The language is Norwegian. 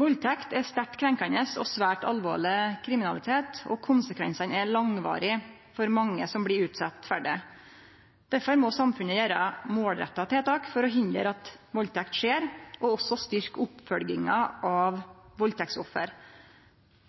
Valdtekt er sterkt krenkjande og svært alvorleg kriminalitet, og konsekvensane er langvarige for mange som blir utsette for det. Derfor må samfunnet gjere målretta tiltak for å hindre at valdtekt skjer, og også styrkje oppfølginga av valdtektsoffra.